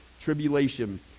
tribulation